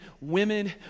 women